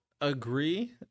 agree